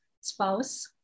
spouse